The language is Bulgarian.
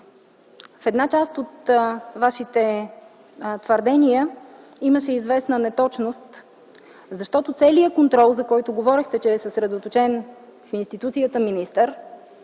в една част от Вашите твърдения имаше известна неточност, защото целият контрол, за който говорехте, че е съсредоточен в институцията „министър”,